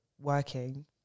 working